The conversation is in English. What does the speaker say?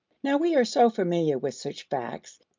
now we are so familiar with such facts,